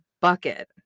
bucket